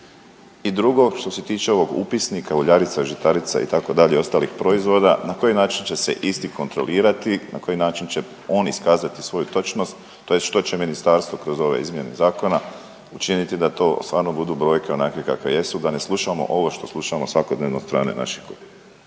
I drugo, što se tiče ovog upisnika uljarica, žitarica itd. ostalih proizvoda na koji način će se isti kontrolirati, na koji način će on iskazati svoju točnost, tj. što će ministarstvo kroz ove izmjene zakona učiniti da to stvarno budu brojke onakve kakve jesu, da ne slušamo ovo što slušamo svakodnevno od strane naših kolega.